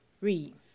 Read